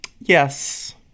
yes